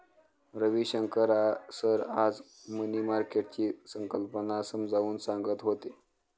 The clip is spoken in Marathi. रविशंकर सर आज मनी मार्केटची संकल्पना समजावून सांगत होते